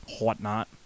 whatnot